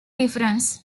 difference